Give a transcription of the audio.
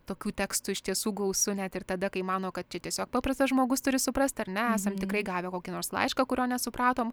tokių tekstų iš tiesų gausu net ir tada kai mano kad čia tiesiog paprastas žmogus turi suprast ar ne esam tikrai gavę kokį nors laišką kurio nesupratom